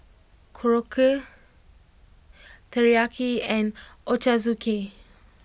Korokke Teriyaki and Ochazuke